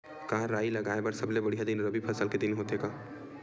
का राई लगाय बर सबले बढ़िया दिन रबी फसल के दिन होथे का?